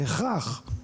בהכרח.